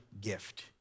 Gift